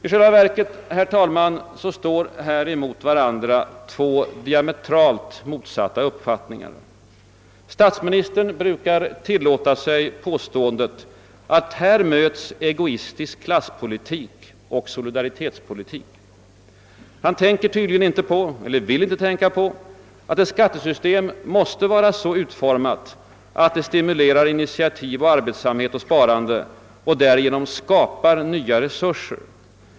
I själva verket står mot varandra två diametralt motsatta uppfattningar. Statsministern brukar tillåta sig påståendet, att här möts egoistisk klasspolitik och solidaritetspolitik. Han tänker tydligen inte på — eller vill inte tänka på — att ett skattesystem måste vara så utformat att det stimulerar initiativ, arbetsamhet och sparande och därigenom skapar nya resurser.